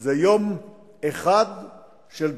זה יום אחד של בחירות,